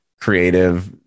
creative